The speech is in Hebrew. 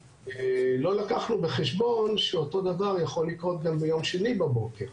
לא לקחנו בחשבון שאותו דבר יכול לקרות גם ביום שני בבוקר,